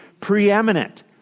preeminent